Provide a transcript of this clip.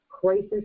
crisis